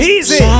Easy